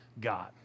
God